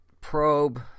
probe